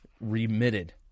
remitted